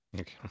okay